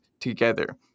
together